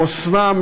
חוסנם,